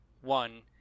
one